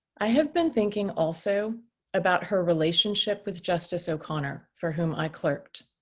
i have been thinking also about her relationship with justice o'connor for whom i clerked.